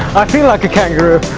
i feel like a kangaroo!